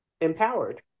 Empowered